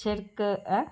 शिड़क ऐं